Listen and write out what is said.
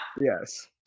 yes